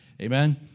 Amen